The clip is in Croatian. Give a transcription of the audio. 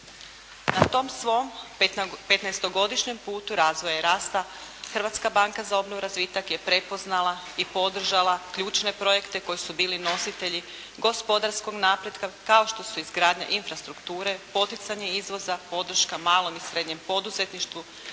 Na tom svom petnaestogodišnjem putu razvoja i rasta Hrvatska banka za obnovu i razvitak je prepoznala i podržala ključne projekte koji su bili nositelji gospodarskog napretka kao što su izgradnja infrastrukture, poticanje izvoza, podrška malom i srednjem poduzetništvu,